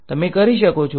તમે કરી શકો છો